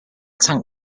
tank